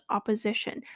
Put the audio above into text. Opposition